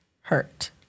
hurt